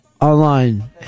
online